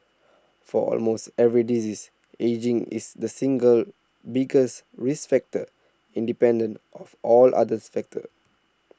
for almost every disease ageing is the single biggest risk factor independent of all other factors